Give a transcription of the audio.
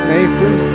Mason